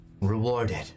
rewarded